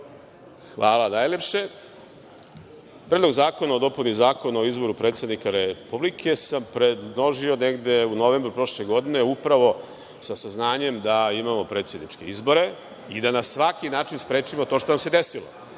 **Zoran Živković** Predlog zakona o dopuni Zakona o izboru predsednika Republike sam predložio negde u novembru prošle godine, upravo sa saznanjem da imamo predsedničke izbore i da na svaki način sprečimo to što nam se desilo.